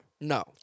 No